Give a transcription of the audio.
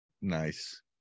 Nice